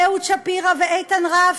אהוד שפירא ואיתן רף,